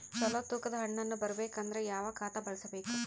ಚಲೋ ತೂಕ ದ ಹಣ್ಣನ್ನು ಬರಬೇಕು ಅಂದರ ಯಾವ ಖಾತಾ ಬಳಸಬೇಕು?